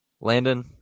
Landon